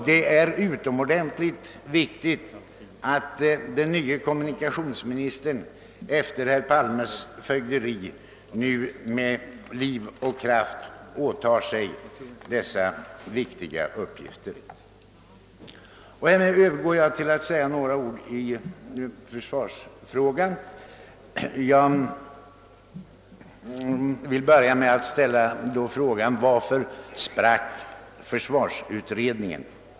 Det är utomordentligt viktigt att den nye kommunikationsministern med liv och lust tar sig an dessa viktiga uppgifter. Härmed övergår jag till att säga några ord i försvarsfrågan. Varför sprack försvarsutredningen?